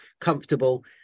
comfortable